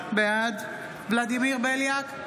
בעד ולדימיר בליאק,